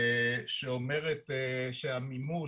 שאומר שהמימוש,